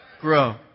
Grow